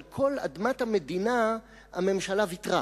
על כל אדמת המדינה הממשלה ויתרה.